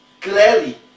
Clearly